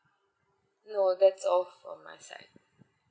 no that's all for my site